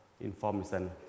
information